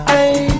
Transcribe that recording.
Hey